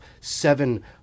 seven